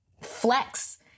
flex